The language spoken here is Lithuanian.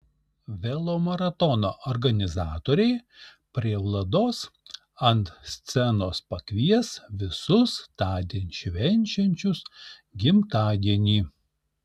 velomaratono organizatoriai prie vlados ant scenos pakvies visus tądien švenčiančius gimtadienį